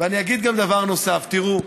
ואני אגיד דבר נוסף: תראו,